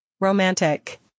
Romantic